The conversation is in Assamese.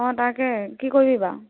অঁ তাকে কি কৰিবি বাৰু